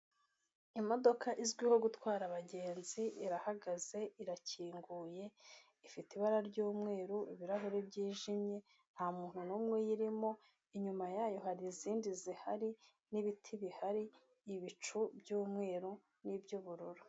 Imodoka izwiho gutwara abagenzi irahagaze, irakinguye ifite ibara by'umweru, ibirahuri byijimye nta muntu numwe uyirimo inyuma yayo hari izindi zihari, n'ibiti bihari ibicu by'umweru n'iby'ubururu.